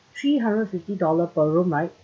three hundred fifty dollar per room right